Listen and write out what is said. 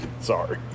Sorry